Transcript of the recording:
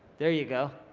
there you go.